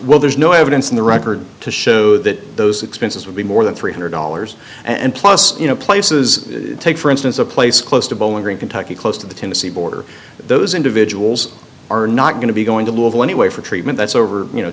while there's no evidence in the record to show that those expenses will be more than three hundred dollars and plus you know places take for instance a place close to bowling green kentucky close to the tennessee border those individuals are not going to be going to louisville anyway for treatment that's over you know